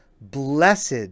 Blessed